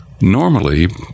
Normally